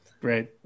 Great